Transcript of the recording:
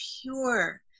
pure